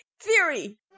Theory